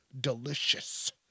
Delicious